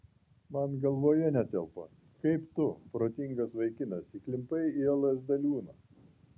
man galvoje netelpa kaip tu protingas vaikinas įklimpai į lsd liūną